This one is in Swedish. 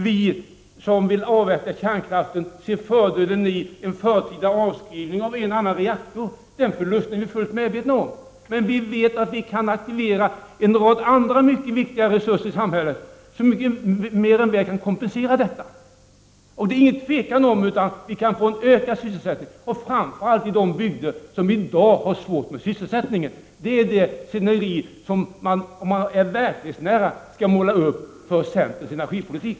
Vi som vill avveckla kärnkraften ser inte någon fördel i en förtida avskrivning av en och annan reaktor. Den förlust som detta innebär är vi fullt medvetna om. Men vi vet att vi kan aktivera en rad andra mycket viktiga resurser i samhället, vilka mycket mer än väl kan kompensera detta. Det råder inget tvivel om att vi kan få en ökad sysselsättning, framför allt i de bygder som i dag har problem med sysselsättningen. Detta är det scenario som man, om man är verklighetsnära, skall måla upp som tanken bakom centerns energipolitik.